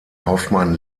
hoffmann